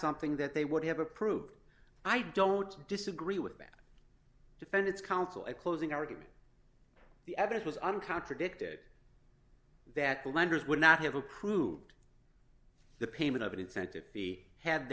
something that they would have approved i don't disagree with that defend its counsel at closing argument the evidence was on contradicted that the lenders would not have approved the payment of incentive be had